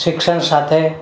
શિક્ષણ સાથે